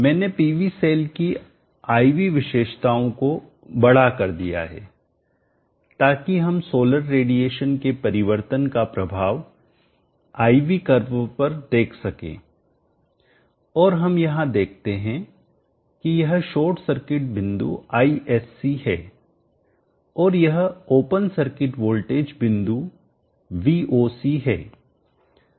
मैंने PV cell की I V विशेषताओं को बढ़ा कर दिया है ताकि हम सोलर रेडिएशन के परिवर्तन का प्रभाव I V कर्व पर देख सकें और हम यहां देखते हैं की यह शॉर्ट सर्किट बिंदु Isc है और यह ओपन सर्किट वोल्टेज बिंदु Vocहै